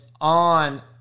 on